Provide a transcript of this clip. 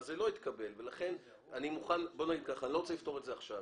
אני לא רוצה לפתור את זה עכשיו.